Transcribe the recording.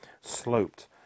sloped